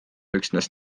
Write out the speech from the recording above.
üksnes